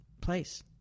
place